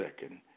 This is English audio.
second